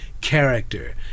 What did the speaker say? character